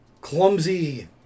clumsy